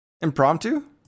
impromptu